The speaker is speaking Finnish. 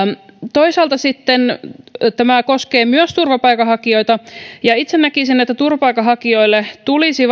toisaalta sitten tämä koskee myös turvapaikanhakijoita ja itse näkisin että turvapaikanhakijoille tulisi